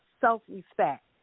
self-respect